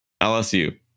lsu